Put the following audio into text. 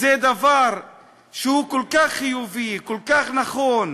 זה דבר שהוא כל כך חיובי, כל כך נכון,